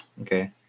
Okay